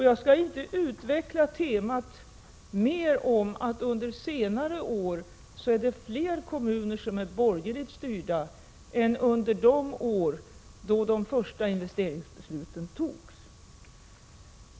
Jag skall inte mer utveckla temat att det under senare år är fler kommuner som är borgerligt styrda än det var under de år då de första investeringsbesluten fattades.